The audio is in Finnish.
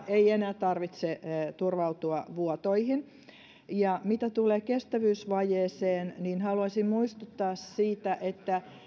ei tarvitse turvautua vuotoihin mitä tulee kestävyysvajeeseen niin haluaisin muistuttaa siitä että